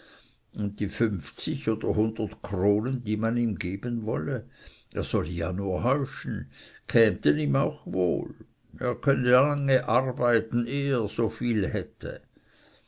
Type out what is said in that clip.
und die fünfzig oder hundert kronen die man ihm geben wolle er solle ja nur heuschen kämten ihm auch wohl er könne lange arbeiten ehe er so viel verdient hätte